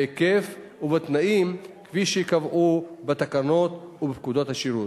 בהיקף ובתנאים כפי שייקבעו בתקנות ובפקודות השירות.